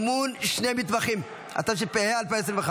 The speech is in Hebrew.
45) (אימון שני מתמחים), התשפ"ה 2024,